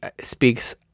speaks